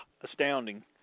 astounding